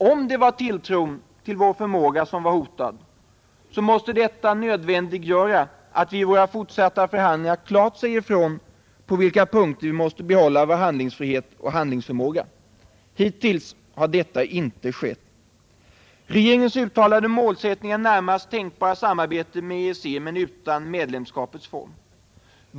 Om det var tilltron till vår förmåga som var hotad måste detta nödvändiggöra att vi i våra fortsatta förhandlingar klart säger ifrån på vilka punkter vi måste behålla vår handlingsfrihet och handlingsförmåga. Hittills har detta inte skett. Regeringens uttalade målsättning är närmaste tänkbara samarbete med EEC men utan medlemskapets form.